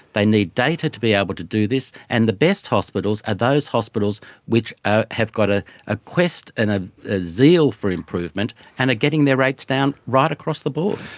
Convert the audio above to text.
they need data to be able to do this, and the best hospitals are those hospitals which ah have got a ah quest and ah a zeal for improvement and are getting their rates down right across the board.